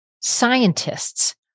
scientists